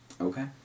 Okay